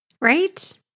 Right